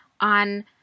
on